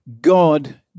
God